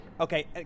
okay